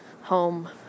home